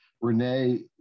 Renee